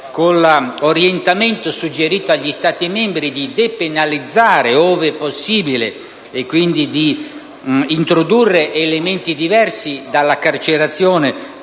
con l'orientamento suggerito agli Stati membri di depenalizzare, ove possibile, e quindi di introdurre elementi diversi dalla carcerazione